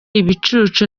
ibicucu